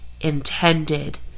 intended